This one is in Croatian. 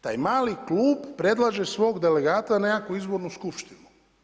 Taj mali klub predlaže svog delegata u nekakvu izbornu skupštinu.